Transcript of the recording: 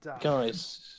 Guys